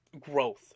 growth